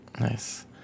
Nice